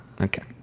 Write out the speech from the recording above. Okay